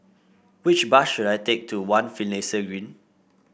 which bus should I take to One Finlayson Green